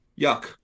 Yuck